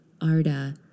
Arda